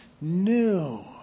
new